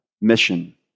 mission